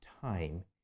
time